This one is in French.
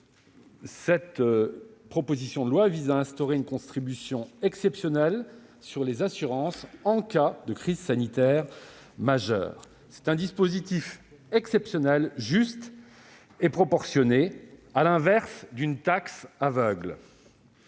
cette proposition de loi vise à instaurer une contribution exceptionnelle sur les assurances en cas de crise sanitaire majeure. C'est un dispositif juste et proportionné, à l'inverse d'une taxe aveugle.